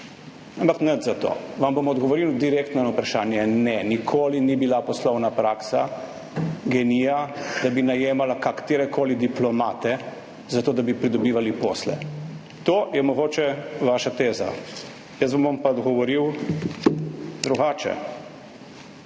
ampak nič za to, vam bom odgovoril direktno na vprašanje. Ne, nikoli ni bila poslovna praksa GEN-I, da bi najemali katerekoli diplomate za to, da bi pridobivali posle. To je mogoče vaša teza, jaz vam bom pa odgovoril drugače.